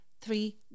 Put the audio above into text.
three